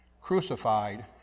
crucified